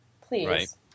Please